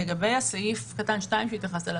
לגבי סעיף קטן (2) שהתייחסת אליו,